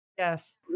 Yes